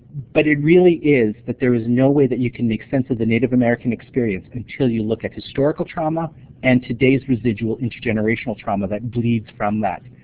but it really is that there's no way that you can make sense of the native american experience until you look at historical trauma and today's residual intergenerational trauma that bleeds from that.